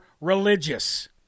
religious